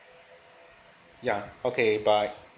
ya okay bye